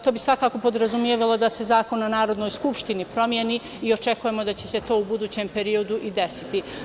To bi svakako podrazumevalo da Zakon o Narodnoj skupštini promeni i očekujemo da će se to u budućem periodu i desiti.